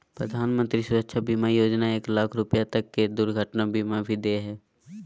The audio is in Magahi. प्रधानमंत्री सुरक्षा बीमा योजना एक लाख रुपा तक के दुर्घटना बीमा भी दे हइ